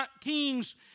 king's